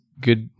Good